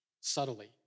subtly